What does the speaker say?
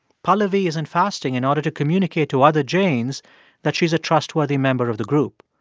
pahlavi isn't fasting in order to communicate to other jains that she's a trustworthy member of the group.